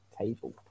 table